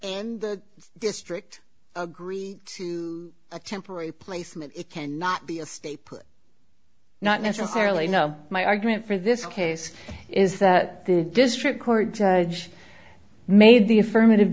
and the district agree to a temporary placement it cannot be a stay put not necessarily no my argument for this case is that the district court judge made the affirmative